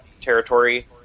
territory